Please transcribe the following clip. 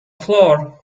floor